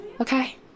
Okay